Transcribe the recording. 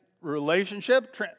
relationship